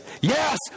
yes